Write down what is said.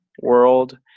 world